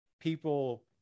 people